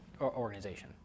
organization